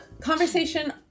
conversation